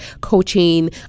coaching